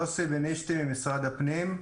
שמי יוסי בנישתי ממשרד הפנים.